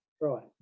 Right